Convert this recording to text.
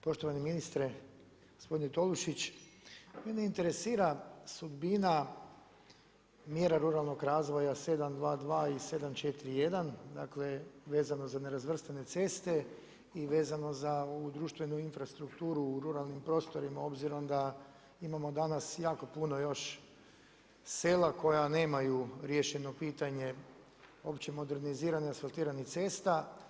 Poštovani ministre gospodine Tolušić, mene interesira sudbina mjera ruralnog razvoja 722 i 741 dakle, vezano za nerazvrstane ceste i vezano za ovu društvenu infrastrukturu u ruralnim prostorima obzirom da imamo danas jako puno još sela koja nemaju riješeno pitanje uopće moderniziranih i asfaltiranih cesta.